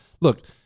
look